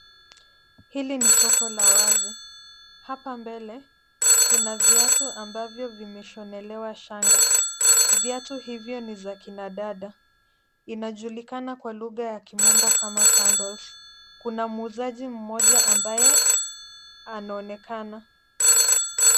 Hili ni soko la wazi. Hapa mbele, kuna viatu ambavyo vimeshonelewa shanga. Viatu hivyo ni vya kina dada. Vinajulikana kwa lugha ya Kimombo kama sandals . Kuna muuzaji mmoja ambaye anaonekana.